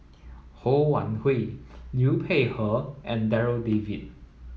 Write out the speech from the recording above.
Ho Wan Hui Liu Peihe and Darryl David